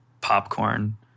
popcorn